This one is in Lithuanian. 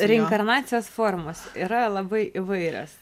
reinkarnacijos formos yra labai įvairios